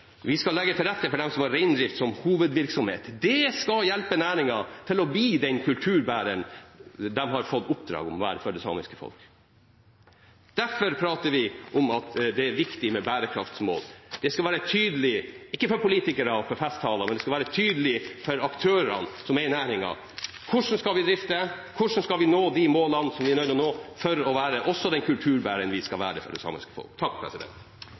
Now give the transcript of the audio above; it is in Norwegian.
vi skal legge til rette for dem som har reindrift som hovedvirksomhet. Det skal hjelpe næringen til å bli den kulturbæreren den har fått oppdrag om å være for det samiske folk. Derfor prater vi om at det er viktig med bærekraftsmål. Det skal være tydelig, ikke for politikere eller i festtaler, men det skal være tydelig for aktørene som er i næringen, hvordan vi skal drifte, hvordan vi skal nå de målene vi er nødt til å nå, for at de skal være også den kulturbæreren de skal være for det samiske folk.